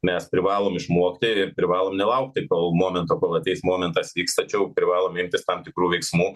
mes privalom išmokti ir privalom nelaukti to momento kol ateis momentas vyks tačiau privalome imtis tam tikrų veiksmų